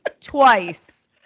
twice